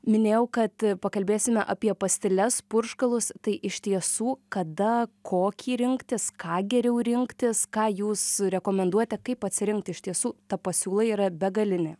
minėjau kad pakalbėsime apie pastiles purškalus tai iš tiesų kada kokį rinktis ką geriau rinktis ką jūs rekomenduojate kaip atsirinkti iš tiesų ta pasiūla yra begalinė